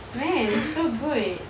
man so good